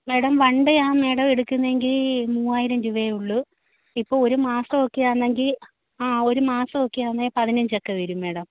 madam one ണ്ടേയാ madam എടുക്കുന്നെങ്കിൽ മൂവായിരം രൂപയെ ഉള്ളു ഇപ്പോൾ ഒരുമാസവൊക്കെ ആന്നെങ്കിൽ ആ ഒരു മാസം ഒക്കെയാന്ന് പതിനഞ്ചൊക്കെ വരും മേഡം